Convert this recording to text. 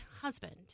husband